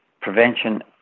prevention